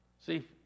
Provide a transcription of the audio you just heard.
See